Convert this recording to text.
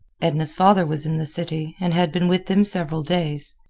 edna's father was in the city, and had been with them several days.